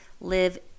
live